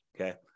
Okay